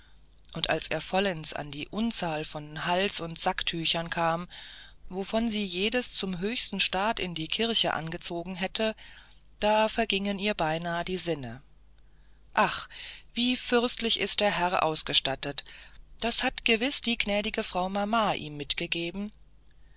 und als er vollends an die unzahl von hals und sacktüchern kam wovon sie jedes zum höchsten staat in die kirche angezogen hätte da vergingen ihr beinahe die sinne ach wie fürstlich ist der herr ausgestattet das hat gewiß die gnädige frau mama ihm mitgegeben